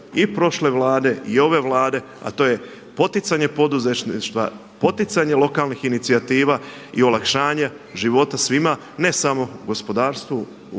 i prošle Vlade i ove Vlade, a to je poticanje poduzetništva, poticanje lokalnih inicijativa i olakšanja života svima ne samo gospodarstvu